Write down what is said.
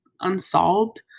unsolved